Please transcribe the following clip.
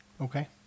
Okay